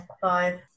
five